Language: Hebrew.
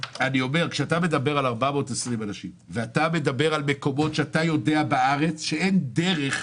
כשאתה מדבר על 420 אנשים ואתה מדבר על מקומות שאתה יודע בארץ שאין דרך,